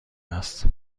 است